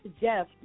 Jeff